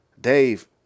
Dave